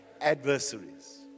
adversaries